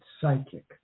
psychic